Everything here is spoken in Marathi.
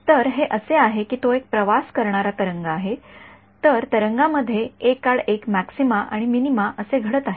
तर हे असे आहे की तो एक प्रवास करणारा तरंग आहे तर तरंगामध्ये एक आड एक मॅक्सिमा आणि मिनिमा असे घडत आहे